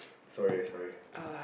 sorry sorry